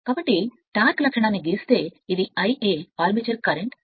కాబట్టి ఇది టార్క్ అనే లక్షణాన్ని మనం గీస్తే ఇది Ia ఆర్మేచర్ సరైనది